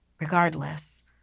Regardless